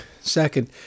Second